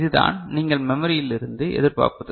இதுதான் நீங்கள் மெமரியில் இருந்து எதிர்பார்ப்பது